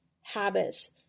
habits